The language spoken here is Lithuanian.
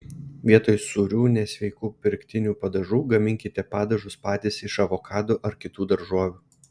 vietoj sūrių nesveikų pirktinių padažų gaminkite padažus patys iš avokadų ar kitų daržovių